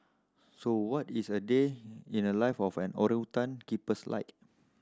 so what is a day in the life of an orangutan keepers like